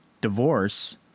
divorce